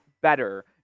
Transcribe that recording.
better